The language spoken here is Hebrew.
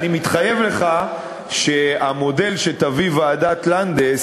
אני מתחייב לך שהמודל שתביא ועדת לנדס,